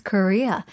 Korea